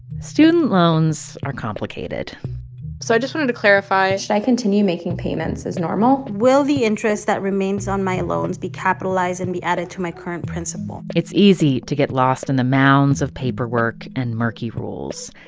student loans are complicated so i just wanted to clarify. should i continue making payments as normal? will the interest that remains on my loans be capitalized and be added to my current principal? it's easy to get lost in the mounds of paperwork and murky rules.